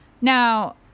Now